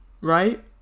right